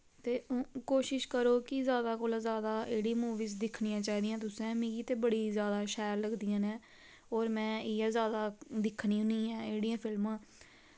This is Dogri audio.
ते कोशिश करो कि जैदा कोला जैदा एह्ड़ी मूवीस दिक्खनियां चाहिदियां तुसैं मिगी ते बड़ी जैदा शैल लगदियां नै और मैं इयै जैदा दिक्खनी हो ऐं एह्ड़ियां फिलमां